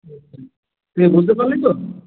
আচ্ছা তুই বুঝতে পরলি তো